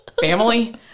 family